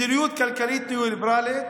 מדיניות כלכלית ניאו-ליברלית